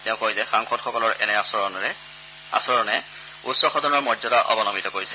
তেওঁ কয় যে সাংসদসকলৰ এনে আচৰণে উচ্চ সদনৰ মৰ্য্যাদা অৱনমিত কৰিছে